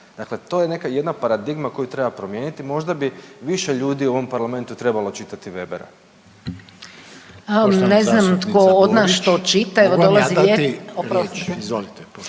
Dakle, to je neka jedna paradigma koju treba promijeniti, možda bi više ljudi u ovom parlamentu trebalo čitati Webera. **Reiner, Željko